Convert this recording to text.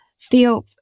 Theo